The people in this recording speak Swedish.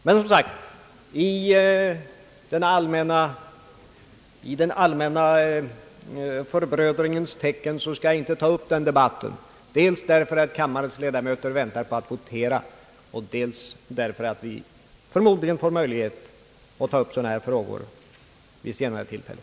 Men, som sagt, i den allmänna förbrödringens tecken skall jag inte ta upp den debatten, dels därför att kammarens ledamöter väntar på att få votera och dels därför att vi förmodligen får möjlighet att ta upp sådana här frågor vid ett senare tillfälle.